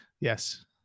yes